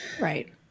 right